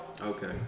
Okay